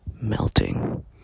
melting